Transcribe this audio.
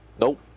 Nope